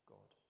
God